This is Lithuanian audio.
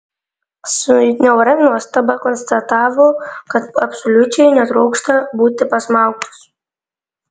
su niauria nuostaba konstatavo kad absoliučiai netrokšta būti pasmaugtas